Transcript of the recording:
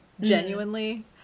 Genuinely